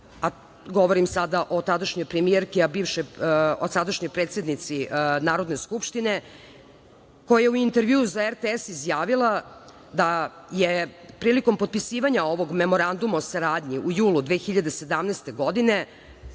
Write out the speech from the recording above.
govorim sada o tadašnjoj premijerki a sadašnjoj predsednici Narodne skupštine, koja je u intervjuu za RTS izjavila da je prilikom potpisivanja ovog Memoranduma o saradnji u julu 2017. godine